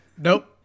nope